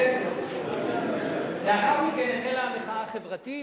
לאחר מכן החלה המחאה החברתית,